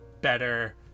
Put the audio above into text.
better